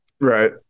Right